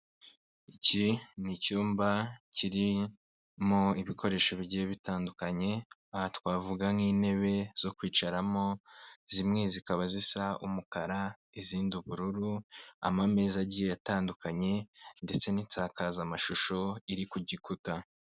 Iki ni icyumba kirimo ibikoresho bigiye bitandukanye, aha twavuga nk'intebe zo kwicaramo zimwe zikaba zisa umukara, izindi ubururu amameza agiye atandukanye ndetse n'insakazamashusho iri ku gikuta.